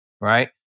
right